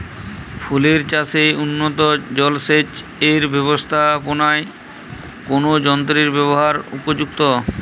ফুলের চাষে উন্নত জলসেচ এর ব্যাবস্থাপনায় কোন যন্ত্রের ব্যবহার উপযুক্ত?